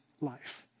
life